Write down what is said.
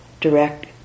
direct